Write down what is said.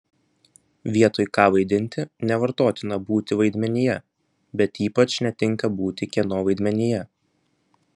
vietoj ką vaidinti nevartotina būti vaidmenyje bet ypač netinka būti kieno vaidmenyje